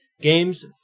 games